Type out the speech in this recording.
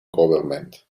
government